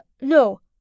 no